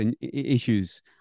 issues